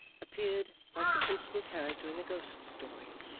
appeared like the principal character in a ghost-story,